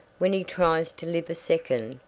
when he tries to live a second,